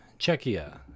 Czechia